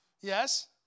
Yes